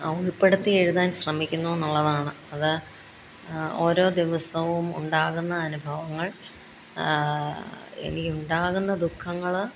ഉൾപ്പെടുത്തി എഴുതാൻ ശ്രമിക്കുന്നുവെന്നുള്ളതാണ് അത് ഓരോ ദിവസവും ഉണ്ടാകുന്ന അനുഭവങ്ങൾ എനിക്കുണ്ടാകുന്ന ദുഃഖങ്ങൾ